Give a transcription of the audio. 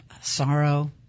sorrow